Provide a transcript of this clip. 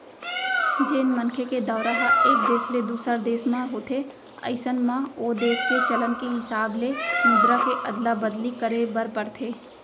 जेन मनखे के दौरा ह एक देस ले दूसर देस म होथे अइसन म ओ देस के चलन के हिसाब ले मुद्रा के अदला बदली करे बर परथे